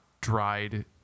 dried